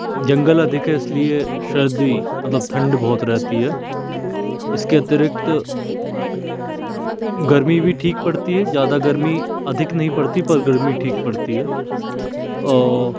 जंगल अधिक है इसलिए सर्दी मतलब ठंड बहुत रहती है इसके अतिरिक्त गर्मी भी ठीक पड़ती है ज़्यादा गर्मी अधिक नहीं पड़ती पर गर्मी ठीक पड़ती है और